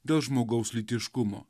dėl žmogaus lytiškumo